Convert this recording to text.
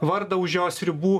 vardą už jos ribų